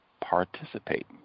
participate